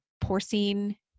porcine